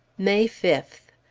may fifth.